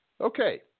Okay